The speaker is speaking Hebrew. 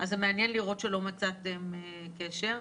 מעניין לראות שלא מצאתם קשר.